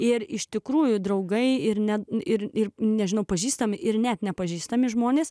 ir iš tikrųjų draugai ir ne ir ir nežino pažįstami ir net nepažįstami žmonės